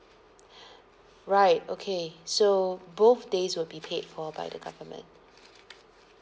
right okay so both days will be paid for by the government